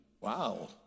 Wow